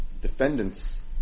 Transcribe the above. defendants